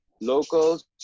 locals